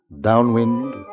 downwind